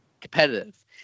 competitive